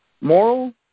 moral